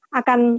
akan